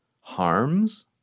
harms